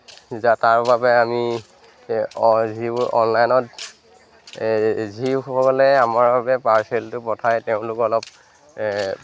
যা তাৰ বাবে আমি যিবোৰ অনলাইনত যিসকলে আমাৰ বাবে পাৰ্চেলটো পঠাই তেওঁলোক অলপ